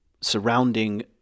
surrounding